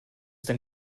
denn